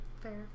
Fair